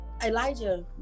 Elijah